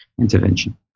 intervention